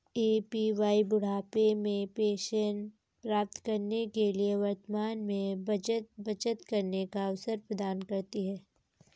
APY बुढ़ापे में pension प्राप्त करने के लिए वर्तमान में बचत करने का अवसर प्रदान करती है